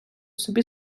собі